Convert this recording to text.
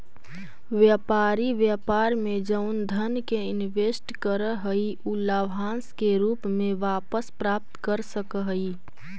व्यापारी व्यापार में जउन धन के इनवेस्ट करऽ हई उ लाभांश के रूप में वापस प्राप्त कर सकऽ हई